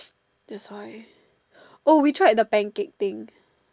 that's why oh we tried the pancake thing